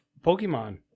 Pokemon